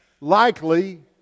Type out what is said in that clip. likely